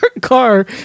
car